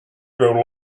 grow